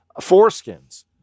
foreskins